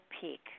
Peak